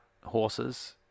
horses